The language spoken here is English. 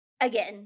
again